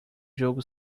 jogo